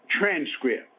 transcript